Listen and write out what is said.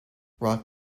rock